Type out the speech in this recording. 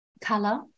color